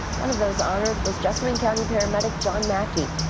one of those honored was jessamine county paramedic john mackey.